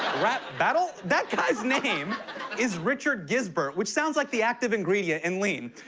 rap battle? that guy's name is richard gizbert, which sounds like the active ingredient in lean.